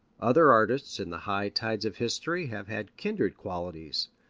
other artists in the high tides of history have had kindred qualities,